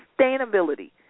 sustainability